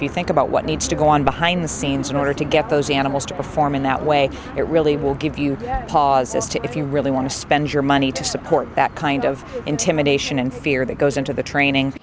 you think about what needs to go on behind the scenes in order to get those animals to perform in that way it really will give you pause as to if you really want to spend your money to support that kind of intimidation and fear that goes into the training